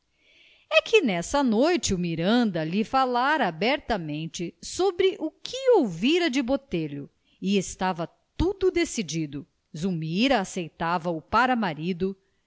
é que nessa noite o miranda lhe falara abertamente sobre o que ouvira de botelho e estava tudo decidido zulmira aceitava o para marido